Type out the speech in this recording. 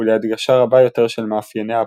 ולהדגשה רבה יותר של מאפייניה הפוליטיים.